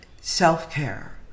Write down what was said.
self-care